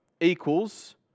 equals